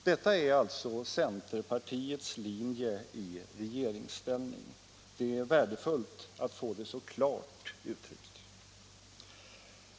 Detta är alltså centerpartiets linje i regeringsställning. Det är värdefullt att få det så klart uttryckt.